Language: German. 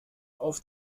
auf